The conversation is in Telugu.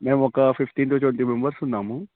మేము ఒక ఫిఫ్టీన్ టు ట్వంటీ మెంబర్స్ ఉన్నాము